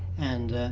and